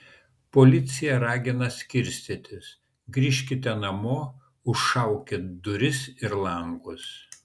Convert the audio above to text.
policija ragina skirstytis grįžkite namo užšaukit duris ir langus